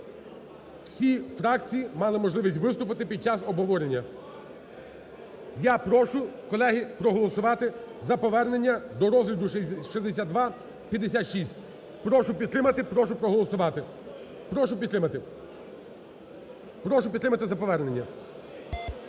Всі фракції мали можливість виступити під час обговорення. Я прошу, колеги, проголосувати за повернення до розгляду 6256. Прошу підтримати, прошу проголосувати. Прошу підтримати. Прошу підтримати за повернення.